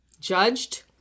judged